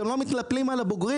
גם לא מתנפלים על הבוגרים,